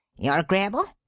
you're agreeable?